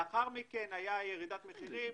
לאחר מכן הייתה ירידת מחירים.